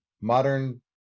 modern